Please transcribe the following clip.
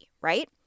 right